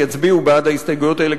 שיצביעו בעד ההסתייגויות האלה,